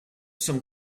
some